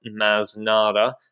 Masnada